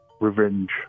revenge